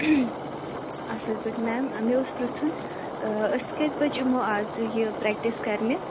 اصٕل پٲٹھۍ میم مےٚ اوس پرٕژھُن أسۍ کٔژِ بَجہِ یِمو آز یہِ پرٛیٚکٹِس کَرنہِ